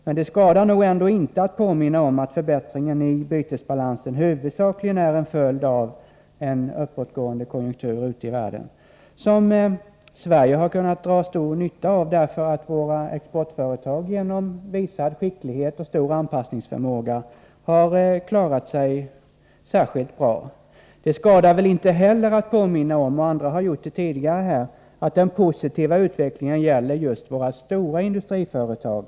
Men det skadar nog ändå inte att påminna om att förbättringen i bytesbalansen huvudsakligen är en följd av en uppåtgående konjunktur ute i världen, som Sverige har kunnat dra stor nytta av. Våra exportföretag har genom visad skicklighet och stor anpassningsförmåga klarat sig särskilt bra. Det skadar väl inte heller att påminna om — andra har gjort det tidigare här — att den positiva utvecklingen gäller just våra stora industriföretag.